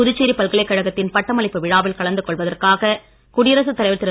புதுச்சேரி பல்கலைக் கழகத்தின் பட்டமளிப்பு விழாவில் கலந்து கொள்வதற்காக குடியரசுத் தலைவர் திரு